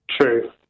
True